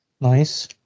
Nice